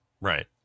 right